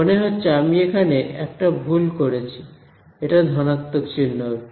মনে হচ্ছে আমি এখানে একটা ভুল করেছি এটা ধনাত্মক চিহ্ন হবে